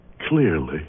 clearly